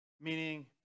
Meaning